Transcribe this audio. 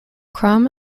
crumb